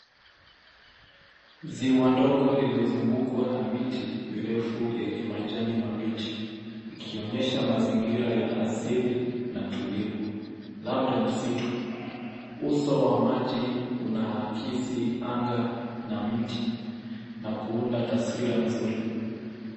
Ziwa ndogo lililozungukwa na miti mirefu yenye majani mabichi ikionyesha mazingira ya asili na tulivu labda msitu, uso wa maji una akisi anga na mti na kuunda taswira nzuri.